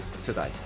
today